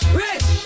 rich